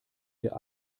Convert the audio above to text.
wir